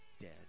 dead